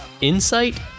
insight